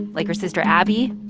like her sister abby,